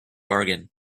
bargain